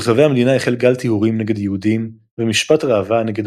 ברחבי המדינה החל גל טיהורים נגד יהודים ומשפט ראווה נגד